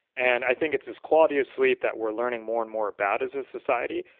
and i think it's this quality of sleep that we're learning more and more about as a society,